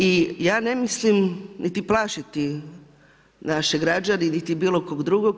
I ja ne mislim niti plašiti naše građane niti bilo kog drugog.